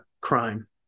crime